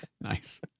Nice